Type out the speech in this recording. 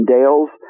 Dale's